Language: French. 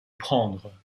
prendre